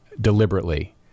deliberately